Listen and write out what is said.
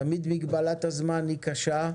תמיד מגבלת הזמן היא קשה.